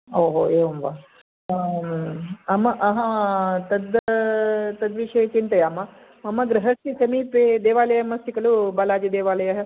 ओहो एवं वा अहं तद् तद्विषये चिन्तयामः मम गृहस्य समीपे देवालयम् अस्ति खलु बालाजिदेवालयः